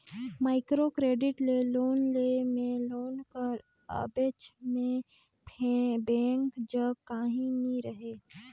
micro credit ले loan लेय में लोन कर एबज में बेंक जग काहीं नी रहें